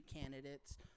candidates